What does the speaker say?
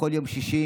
בכל יום שישי,